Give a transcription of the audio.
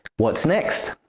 what's next?